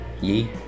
Ye